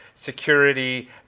security